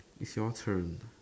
is your turn